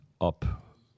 up